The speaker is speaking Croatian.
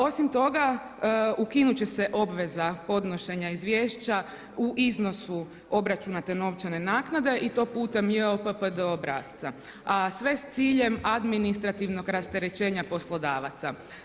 Osim toga, ukinut će se obveza podnošenja izvješća u iznosu obračuna te novčane nakade i to putem JOPPD obrasca, a sve s ciljem administrativnog rasterećenja poslodavaca.